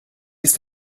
ist